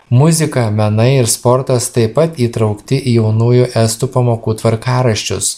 muzika menai ir sportas taip pat įtraukti į jaunųjų estų pamokų tvarkaraščius